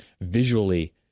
visually